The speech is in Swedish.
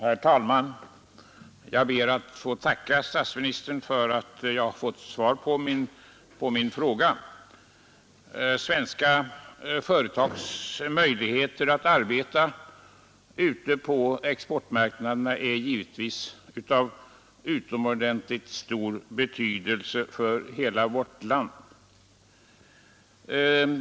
Herr talman! Jag ber att få tacka statsministern för att jag har fått svar på min fråga. Svenska företags möjligheter att arbeta ute på exportmarknaderna är givetvis av utomordentligt stor betydelse för hela vårt land.